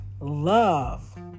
love